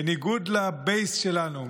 בניגוד לבייס שלנו,